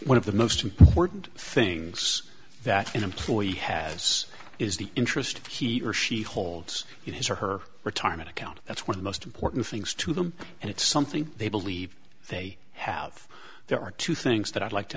one of the most important things that an employee has is the interest of he or she holds in his or her retirement account that's where the most important things to them and it's something they believe they have there are two things that i'd like to